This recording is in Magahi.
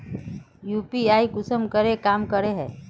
यु.पी.आई कुंसम काम करे है?